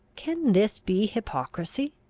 can this be hypocrisy?